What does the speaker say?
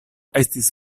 estis